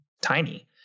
tiny